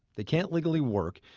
they can't legally work,